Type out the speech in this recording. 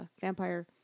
vampire